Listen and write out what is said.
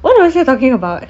what was I talking about